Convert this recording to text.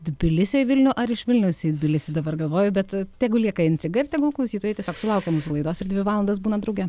tbilisio į vilnių ar iš vilniaus į tbilisį dabar galvoju bet tegu lieka intriga ir tegul klausytojai tiesiog sulaukia mūsų laidos ir dvi valandas būna drauge